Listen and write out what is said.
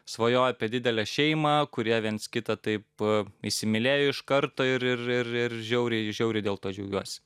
svajoja apie didelę šeimą kurie viens kitą taip įsimylėjo iš karto ir ir ir ir žiauriai žiauriai dėl to džiaugiuosi